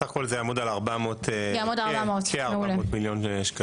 סך הכל זה יעמוד על 400 כ- 400 מיליון שקלים.